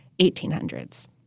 1800s